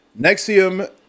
Nexium